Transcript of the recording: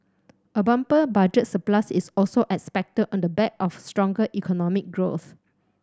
a bumper Budget surplus is also expected on the back of stronger economic growth